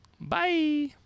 Bye